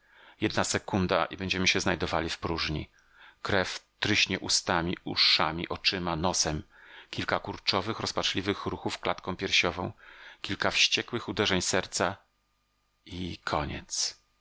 jedna sekunda i będziemy się znajdowali w próżni krew tryśnie ustami uszami oczyma nosem kilka kurczowych rozpaczliwych ruchów klatką piersiową kilka wściekłych uderzeń serca i koniec